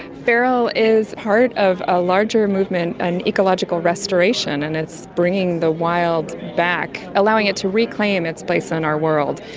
feral is part of a larger movement, an ecological restoration, and it's bringing the wild back, allowing it to reclaim its place in our world.